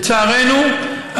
לצערנו,